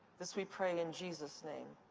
this we pray in jesus' name,